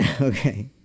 Okay